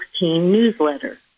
newsletter